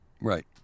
Right